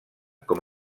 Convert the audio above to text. com